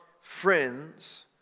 friends